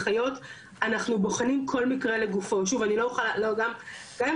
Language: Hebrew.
גם אם אני אגיד עכשיו שלכולם אנחנו כן מנכים זה פשוט לא נכון,